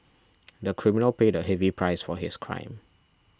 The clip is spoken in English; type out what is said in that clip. the criminal paid a heavy price for his crime